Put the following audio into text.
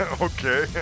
Okay